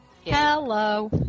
Hello